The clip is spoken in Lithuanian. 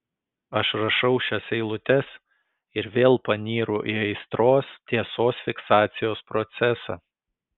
aš rašau šias eilutes ir vėl panyru į aistros tiesos fiksacijos procesą